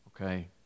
Okay